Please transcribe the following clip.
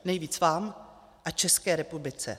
Nejvíc vám a České republice.